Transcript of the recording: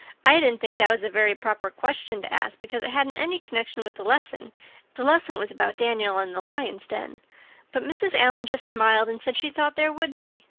i didn't think that was a very proper question to ask because it hadn't any connection with the lesson the lesson was about daniel in the lions' den but mrs. allan just smiled and said she thought there would be.